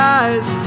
eyes